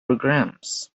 programs